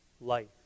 life